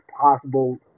possible